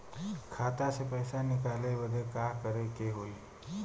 खाता से पैसा निकाले बदे का करे के होई?